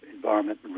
environment